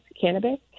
cannabis